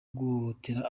guhohotera